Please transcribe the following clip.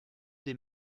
des